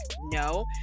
No